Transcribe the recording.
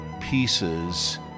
pieces